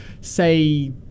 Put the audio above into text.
say